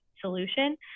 solution